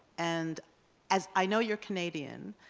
and as i know you're canadian,